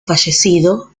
fallecido